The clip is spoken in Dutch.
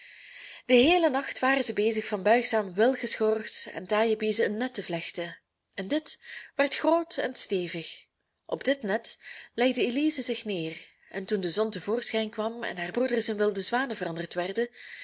den heelen nacht waren zij bezig van buigzame wilgenschors en taaie biezen een net te vlechten en dit werd groot en stevig op dit net legde elize zich neer en toen de zon te voorschijn kwam en haar broeders in wilde zwanen veranderd werden